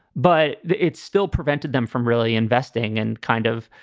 but it's still prevented them from really investing and kind of,